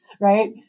right